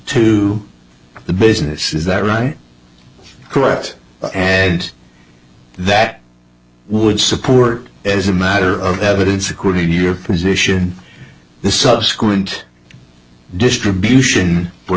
to the business is that right correct and that would support as a matter of evidence according to your position the subsequent distribution